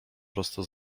prosto